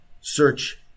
search